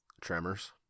Tremors